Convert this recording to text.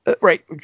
right